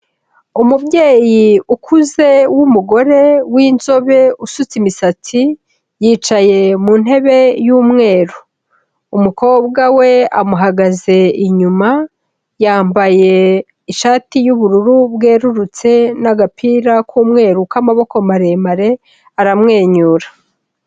Umubyeyi ukuze w'umugore w'inzobe usutse imisatsi, yicaye mu ntebe y'umweru. Umukobwa we amuhagaze inyuma, yambaye ishati y'ubururu bwerurutse n'agapira k'umweru k'amaboko maremare, aramwenyura.